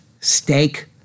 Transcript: steak